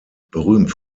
berühmt